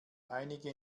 einige